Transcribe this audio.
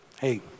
hey